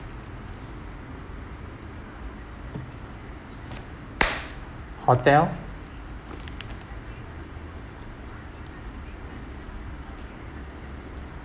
hotel